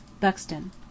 Buxton